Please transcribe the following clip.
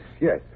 yes